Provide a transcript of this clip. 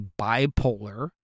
bipolar